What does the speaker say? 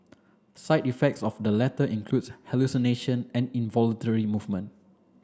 side effects of the latter include hallucinations and involuntary movements